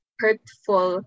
hurtful